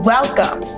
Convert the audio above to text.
Welcome